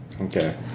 Okay